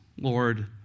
Lord